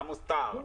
עמוס תער.